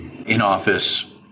in-office